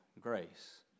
grace